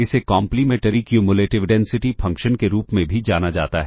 इसे complementary cumulative density function के रूप में भी जाना जाता है